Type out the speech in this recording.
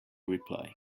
reply